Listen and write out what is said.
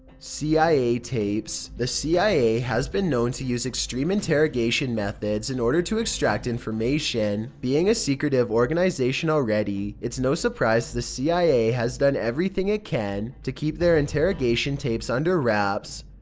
cia tapes the cia has been known to use extreme interrogation methods in order to extract information. being a secretive organization already, already, it's no surprise the cia has done everything it can to keep their interrogation tapes under wraps.